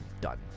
Done